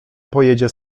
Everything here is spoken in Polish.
pojedzie